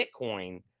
Bitcoin